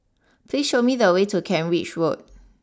please show me the way to Kent Ridge Road